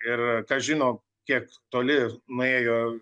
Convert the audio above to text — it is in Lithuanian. ir kas žino kiek toli nuėjo